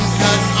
cut